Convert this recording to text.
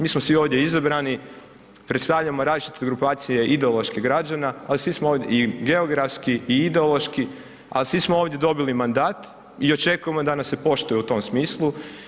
Mi smo svi ovdje izabrani, predstavljamo različite grupacije ideološki građana, ali svi smo ovdje i geografski i ideološki, ali svi smo ovdje dobili mandat i očekujemo da nas se poštuje u tom smislu.